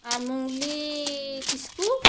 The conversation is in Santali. ᱟᱨ ᱢᱩᱝᱜᱽᱞᱤ ᱠᱤᱥᱠᱩ